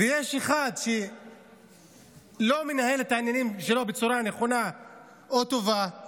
ויש אחד שלא מנהל את העניינים בצורה נכונה או טובה,